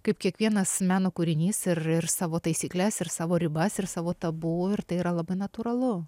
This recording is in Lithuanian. kaip kiekvienas meno kūrinys ir ir savo taisykles ir savo ribas ir savo tabu ir tai yra labai natūralu